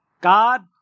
God